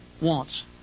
wants